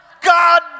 God